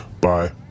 Bye